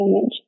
image